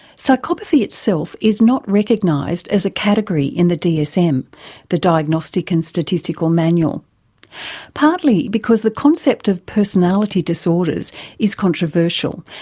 psychopathy itself is not recognised as a category in the dsm the diagnostic and statistical manual partly because the concept of personality disorders is controversial,